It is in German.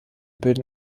bilden